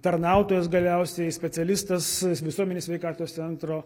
tarnautojas galiausiai specialistas visuomenės sveikatos centro